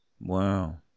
Wow